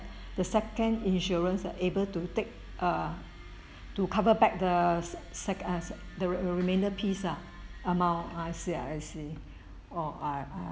the second insurance are able to take err to cover back the sec~ uh sec~ the the remainder piece lah amount I see I see oh I I